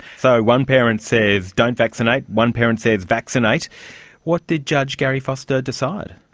though one parent says, don't vaccinate one parent says, vaccinate what did judge garry foster decide?